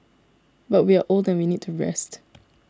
but we are old and we need to rest